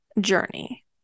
journey